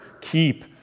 keep